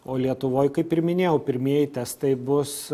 o lietuvoj kaip ir minėjau pirmieji testai bus